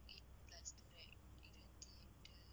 let's